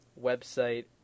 website